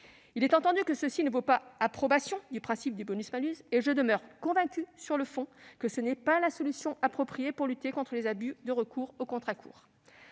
Il est entendu que cela ne vaut pas approbation du principe du bonus-malus et je demeure convaincue, sur le fond, que ce n'est pas la solution appropriée pour lutter contre les abus du recours aux contrats courts.